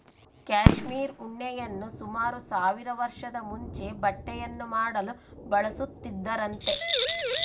cashmere ಉಣ್ಣೆಯನ್ನು ಸುಮಾರು ಸಾವಿರ ವರ್ಷದ ಮುಂಚೆ ಬಟ್ಟೆಯನ್ನು ಮಾಡಲು ಬಳಸುತ್ತಿದ್ದರಂತೆ